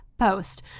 post